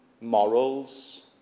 morals